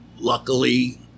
luckily